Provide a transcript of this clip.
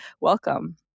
welcome